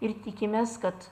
ir tikimės kad